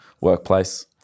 workplace